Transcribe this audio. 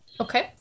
Okay